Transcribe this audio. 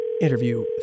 interview